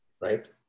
right